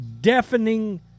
deafening